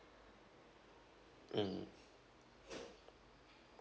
mm